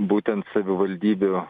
būtent savivaldybių